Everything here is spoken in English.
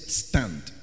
stand